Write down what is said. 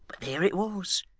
but there it was.